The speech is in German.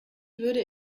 würde